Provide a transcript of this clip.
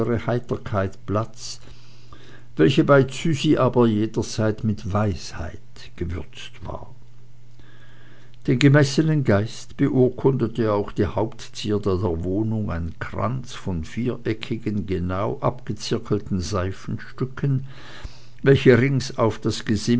heiterkeit platz welche bei züsi aber jederzeit mit weisheit gewürzt war den gemessenen geist beurkundete auch die hauptzierde der wohnung ein kranz von viereckigen genau abgezirkelten seifenstücken welche rings auf das